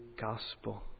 Gospel